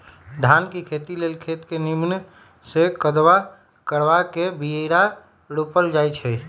धान के खेती लेल खेत के निम्मन से कदबा करबा के बीरा रोपल जाई छइ